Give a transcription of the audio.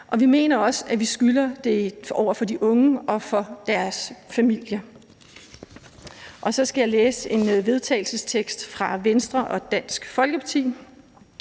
Vi mener også, at vi skylder det over for de unge og over for deres familier. Så skal jeg læse en vedtagelsestekst fra Venstre og Dansk Folkeparti